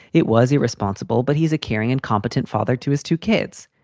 it was irresponsible. but he's a caring and competent father to his two kids.